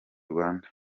rwanda